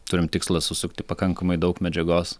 turim tikslą susukti pakankamai daug medžiagos